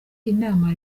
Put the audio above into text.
inama